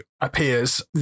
appears